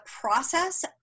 process